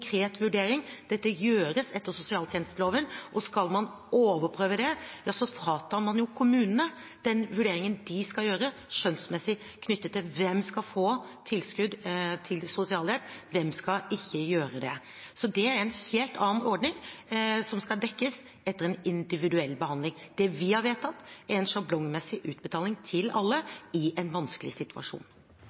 vurdering, og dette gjøres etter sosialtjenesteloven. Skal man overprøve det, fratar man jo kommunene den vurderingen de skjønnsmessig skal gjøre knyttet til hvem som skal få tilskudd til sosialhjelp, og hvem som ikke skal få det. Så det er en helt annen ordning, som skal dekkes etter en individuell behandling. Det vi har vedtatt, er en sjablongmessig utbetaling til alle, i en vanskelig situasjon.